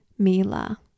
Mila